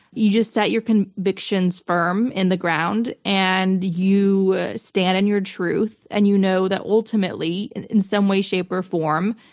you just set your convictions firm in the ground. and you stand on your truth, and you know that, ultimately, in in some way, shape, or form,